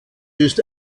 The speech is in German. ist